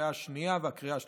לקריאה השנייה ולקריאה השלישית.